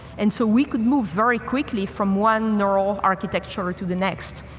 and so we could move very quickly from one neural architecture to the next.